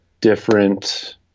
different